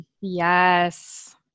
Yes